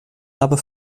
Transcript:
aber